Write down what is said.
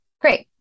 Great